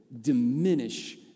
diminish